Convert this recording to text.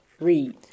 Read